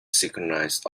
synchronize